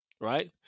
Right